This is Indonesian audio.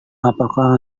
apakah